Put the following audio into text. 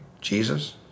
Jesus